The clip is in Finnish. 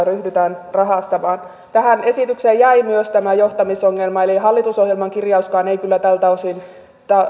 ryhdytään rahastamaan tähän esitykseen jäi myös tämä johtamisongelma eli hallitusohjelman kirjauskaan ei kyllä tältä osin